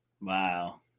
Wow